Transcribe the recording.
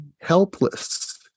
helpless